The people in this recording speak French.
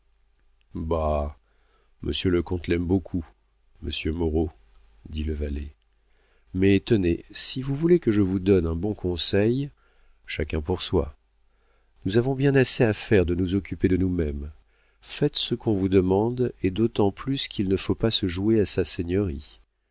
monsieur le comte l'aime beaucoup monsieur moreau dit le valet mais tenez si vous voulez que je vous donne un bon conseil chacun pour soi nous avons bien assez à faire de nous occuper de nous-mêmes faites ce qu'on vous demande et d'autant plus qu'il ne faut pas se jouer à sa seigneurie